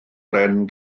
bren